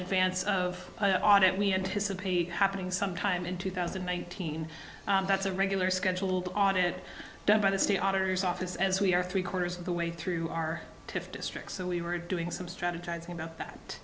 advance of the audit we anticipate happening sometime in two thousand and nineteen that's a regular scheduled audit done by the state auditors office as we are three orders of the way through our fifth district so we were doing some strategizing about that